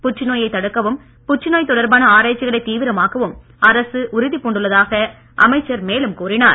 புற்று நோயை தடுக்கவும் புற்றுநோய் தொடர்பான ஆராய்ச்சிகளை தீவிரமாக்கவும் அரசு உறுதி பூண்டுள்ளதாக அமைச்சர் மேலும் கூறினார்